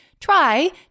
try